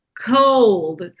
cold